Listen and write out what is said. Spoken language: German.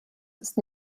ist